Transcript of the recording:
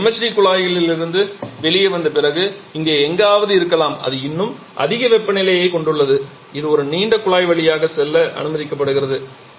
இது MHD குழாயிலிருந்து வெளியே வந்த பிறகு இங்கே எங்காவது இருக்கலாம் அது இன்னும் அதிக வெப்பநிலையைக் கொண்டுள்ளது இது ஒரு நீண்ட குழாய் வழியாக செல்ல அனுமதிக்கப்படுகிறது